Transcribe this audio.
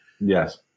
Yes